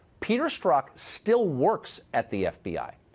peter strzok still works at the fbi.